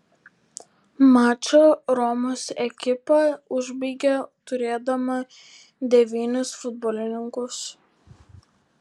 mačą romos ekipa užbaigė turėdama devynis futbolininkus